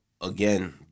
Again